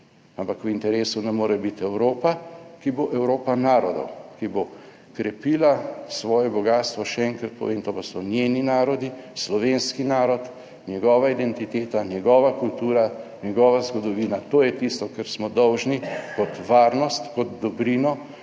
ampak v interesu nam more biti Evropa, ki bo Evropa narodov, ki bo krepila svoje bogastvo, še enkrat povem, to pa so njeni narodi, slovenski narod, njegova identiteta, njegova kultura, njegova zgodovina. To je tisto, kar smo dolžni kot varnost, kot dobrino,